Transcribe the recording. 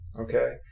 Okay